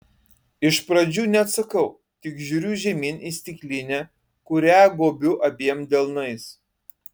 iš pradžių neatsakau tik žiūriu žemyn į stiklinę kurią gobiu abiem delnais